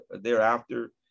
thereafter